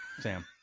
Sam